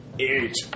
Eight